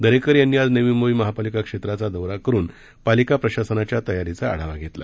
दरेकर यांनी आज नवी मुंबई महापालिका क्षेत्राचा दौरा करून महापालिका प्रशासनाच्या तयारीचा आढावा घेतला